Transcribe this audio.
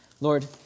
Lord